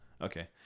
Okay